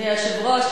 אדוני היושב-ראש,